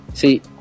See